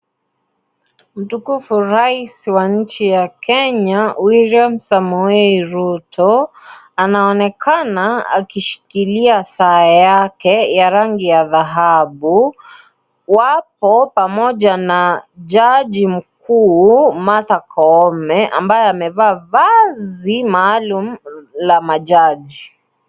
Mtukufu rais wa nchi ya Kenya, William Sameoi Ruto, anaonekana akishikilia saa yake ya rangi ya dhahabu. Wapo pamoja na jaji mkuu l, Martha Koome, ambaye amevaa vazi maalum la majaji.